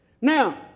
Now